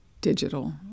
digital